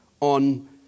on